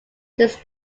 this